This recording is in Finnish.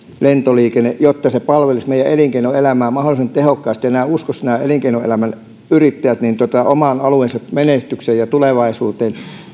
lentoliikenne jotta se palvelisi meidän elinkeinoelämää mahdollisimman tehokkaasti ja nämä elinkeinoelämän yrittäjät uskoisivat oman alueensa menestykseen ja tulevaisuuteen